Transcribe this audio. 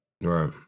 right